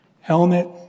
helmet